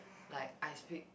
like I speak